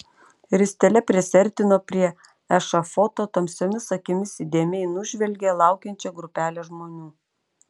ristele prisiartino prie ešafoto tamsiomis akimis įdėmiai nužvelgė laukiančią grupelę žmonių